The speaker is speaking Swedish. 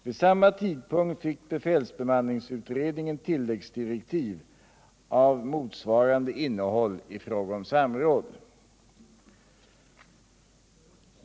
Vid samma tidpunkt fick befälsbemanningsutredningen tilläggsdirektiv av motsvarande innehåll i fråga om samråd.